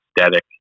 aesthetic